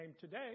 today